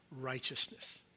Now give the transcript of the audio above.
righteousness